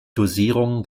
dosierung